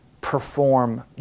perform